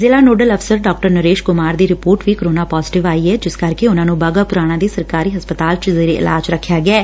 ਜ਼ਿਲਾ ਨੋਡਲ ਅਫਸਰ ਡਾ ਨਰੇਸ਼ ਕੁਮਾਰ ਦੀ ਰਿਪੋਰਟ ਵੀ ਕੋਰੋਨਾ ਪਾਜ਼ੇਟਿਵ ਆਈ ਐ ਜਿਸ ਕਰਕੇ ਉਨਾਂ ਨੂੰ ਬਾਘਾ ਪੁਰਾਣਾ ਦੇ ਸਰਕਾਰੀ ਹਸਪਤਾਲ ਚ ਜ਼ੇਰੇ ਇਲਾਜ ਰੱਖਿਆ ਗਿਐ